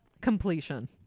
completion